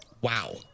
Wow